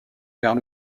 vers